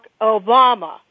Obama